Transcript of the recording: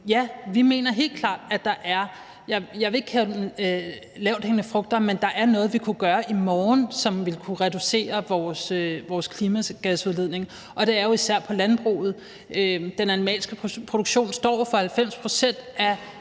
lavthængende frugter, men noget, som vi kunne gøre i morgen, som ville kunne reducere vores klimagasudledning, og det er jo især i landbruget. Den animalske produktion står jo for 90 pct. af